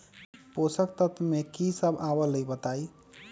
पोषक तत्व म की सब आबलई बताई?